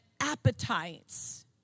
appetites